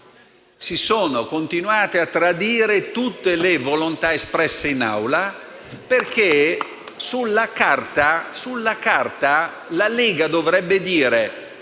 si sono continuate a tradire tutte le volontà espresse in Aula. Stando alla carta, la Lega dovrebbe dire: